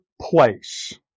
place